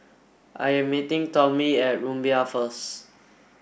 I am meeting Tomie at Rumbia first